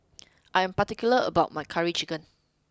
I am particular about my curry chicken